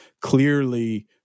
clearly